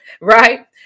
right